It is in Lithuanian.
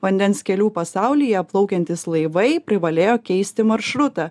vandens kelių pasaulyje plaukiantys laivai privalėjo keisti maršrutą